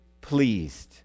pleased